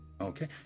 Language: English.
Okay